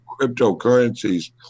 cryptocurrencies